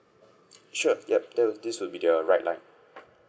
sure yup then will this would be the right line